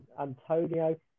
Antonio